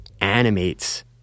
animates